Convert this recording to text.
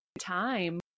time